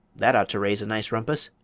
that ought to raise a nice rumpus,